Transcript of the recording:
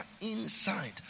inside